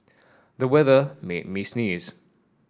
the weather made me sneeze